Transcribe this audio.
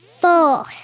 Four